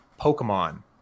Pokemon